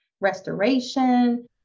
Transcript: restoration